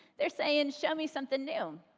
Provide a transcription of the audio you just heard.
they're saying show me something new.